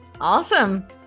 Awesome